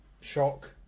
shock